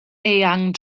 eang